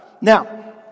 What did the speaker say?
Now